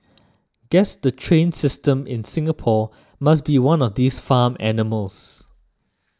guess the train system in Singapore must be one of these farm animals